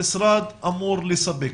לכמה תלמידים המשרד אמור לספק?